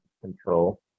control